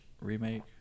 remake